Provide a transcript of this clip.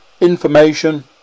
information